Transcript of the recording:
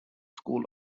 school